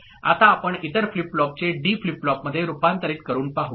आता आपण इतर फ्लिप फ्लॉपचे डी फ्लिप फ्लॉपमध्ये रूपांतरित करून पाहू